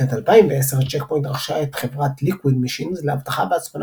בשנת 2010 צ'ק פוינט רכשה את חברת Liquid Machines לאבטחה והצפנה